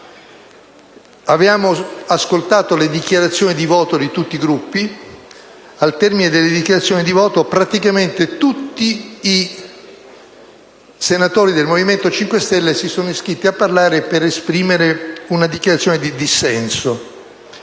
abbiamo ascoltato le dichiarazioni di voto di tutti i Gruppi e, al termine di esse, praticamente tutti i senatori del Movimento 5 Stelle si sono iscritti a parlare per esprimere una dichiarazione in dissenso.